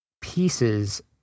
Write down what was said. pieces